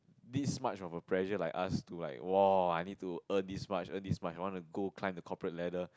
this much of a pressure like us to like !woah! I need to earn this much earn this much I want to go climb the corporate ladder